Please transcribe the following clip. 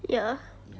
ya